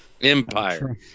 Empire